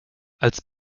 als